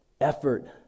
effort